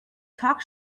talk